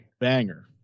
Banger